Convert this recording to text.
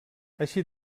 així